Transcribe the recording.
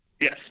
Yes